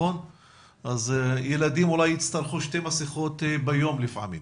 אז ילדים אולי יצטרכו שתי מסכות ביום לפעמים,